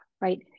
Right